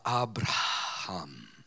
Abraham